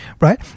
right